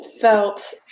felt